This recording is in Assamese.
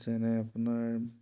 যেনে আপোনাৰ